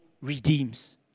redeems